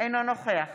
אינו נוכח